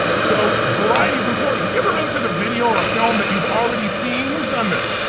so variety's important. have you ever rented video or a film that you've already seen, who's done this?